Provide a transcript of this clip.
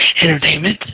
entertainment